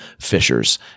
Fishers